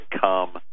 come